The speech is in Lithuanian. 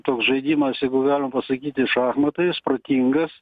toks žaidimas jeigu galima pasakyti šachmatais protingas